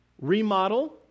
remodel